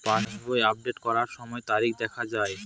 পাসবই update করার সময়ে তারিখ দেখা য়ায়?